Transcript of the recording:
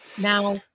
Now